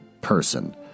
person